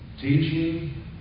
Teaching